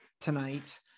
tonight